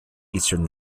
eastern